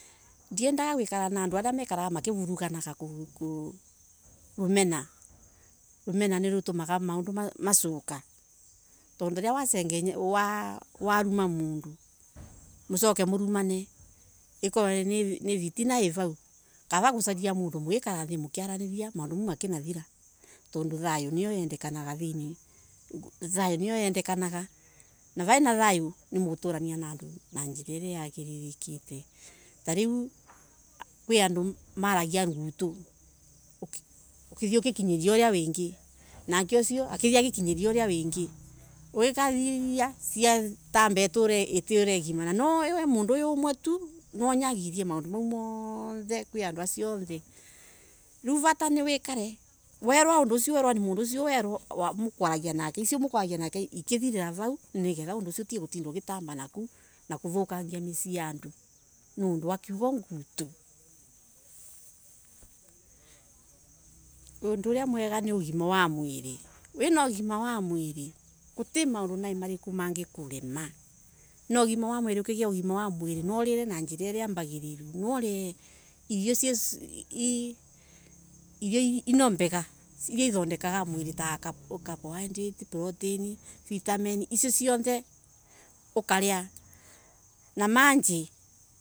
Ndiedaga gwikara na andu aria mekaraga makivurugana rumena nirutumaga mandu masoke tondu riria wasengenya mundu kana waruma mundu mucoke murumane ikorwe ni ritina I vau kava gucaria mandu mwikare nthii mukina aranagiria maundu mau makinathira tondu thayo niyo yandekanaga na vena thayu ni mugutura na and una and una njira mbagiriru. Ta riu kwi andu mariaga ndeto ugikinyiria usio wingii akithie aginyiria uria wingii ugikathikiriria cia tamba itaura igima niwe unyagirie maundu mau kwi andu acio oothe riu vata niwikore wira undu ni mundu ucio mukwaragia nake ikithirara vau ni kenda undu ucio utige gutinda ugitamba na kou kuthokangia mucii ya andu nondu wa kiugo gut una undu aria mwega ni ugima wa maili na wina ugima wa gutai wa mwili gutai undu unge kurema ugima wa mwili mwaurire na njira iria mbagiriru irio ino mbega nicio ithodekaga mwili ta carbohydrates, protein, vitamin icio cionthe ukaria na majii